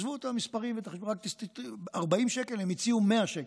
עזבו את המספרים, 40 שקל, הם הציעו 100 שקל,